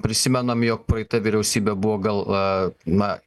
prisimenam jog praeita vyriausybė buvo gal na